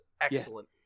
excellent